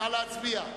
נא להצביע.